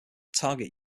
target